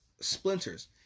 splinters